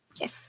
Yes